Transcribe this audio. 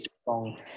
strong